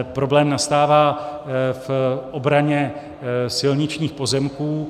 Problém nastává v obraně silničních pozemků.